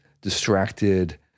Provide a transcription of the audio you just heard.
distracted